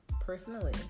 personally